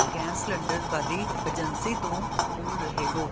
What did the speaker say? gas cylinder ਵਾਲੀ agency ਤੋਂ ਬੋਲ ਰਹੇ ਹੋ